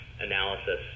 analysis